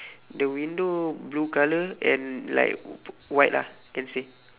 the window blue colour and like white ah can say